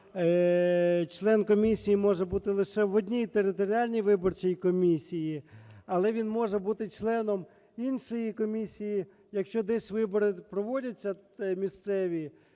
член комісії може бути лише в одній територіальній виборчій комісії, але він може бути членом іншої комісії, якщо десь вибори проводяться місцеві,